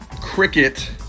cricket